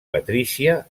patrícia